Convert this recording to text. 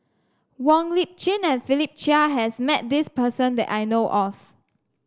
Wong Lip Chin and Philip Chia has met this person that I know of